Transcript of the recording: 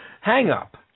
hang-up